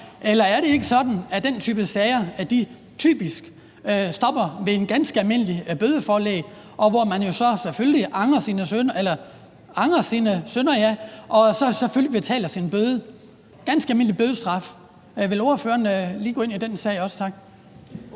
Eller er det ikke sådan, at den type sager typisk stopper med et ganske almindeligt bødeforelæg, hvor man jo så selvfølgelig angrer sine synder og selvfølgelig betaler sin bøde, altså en ganske almindelig bødestraf? Vil ordføreren lige gå ind i den sag også? Tak.